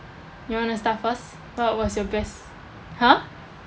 you want to start first what was your best !huh!